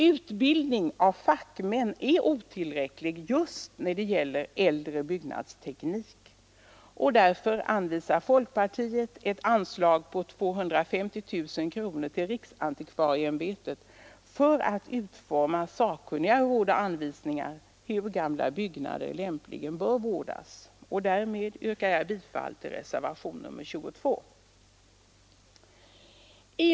Utbildningen av fackmän är otillräcklig just när det gäller äldre byggnadsteknik. Därför föreslår folkpartiet ett anslag på 250 000 kronor till riksantikvarieämbetet för att utforma sakkunniga råd och anvisningar om hur gamla byggnader lämpligen bör vårdas. Därmed yrkar jag bifall till reservationen 22 och likaledes bifall till reservationen 23 a.